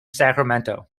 sacramento